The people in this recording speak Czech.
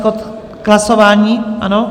K hlasování, ano?